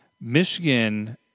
Michigan